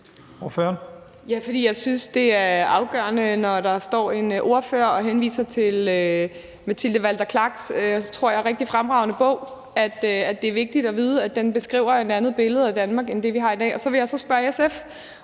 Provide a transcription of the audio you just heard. jeg synes, det er afgørende og vigtigt, når der står en ordfører og henviser til Mathilde Walter Clarks, tror jeg, rigtig fremragende bog, at vide, at den beskriver et andet billede af Danmark end det, vi har i dag. Så vil jeg så spørge SF